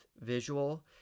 visual